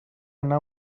anar